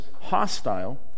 hostile